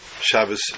Shabbos